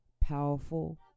powerful